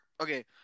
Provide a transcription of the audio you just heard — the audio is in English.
Okay